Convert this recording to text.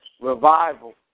revival